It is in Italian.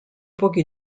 pochi